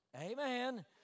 Amen